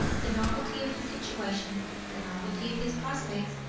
the novelty of his situation the novelty of his prospects,